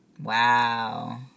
Wow